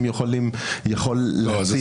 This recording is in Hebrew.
על זה